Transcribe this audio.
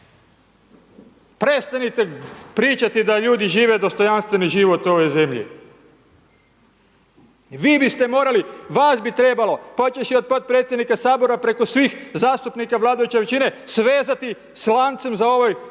Prestanite pričati da ljudi žive dostojanstveni život u ovoj zemlji. Vi biste morali, vas bi trebalo, počevši od potpredsjednika Sabora preko svih zastupnika vladajuće većine svezati s lancem za ovu klupu i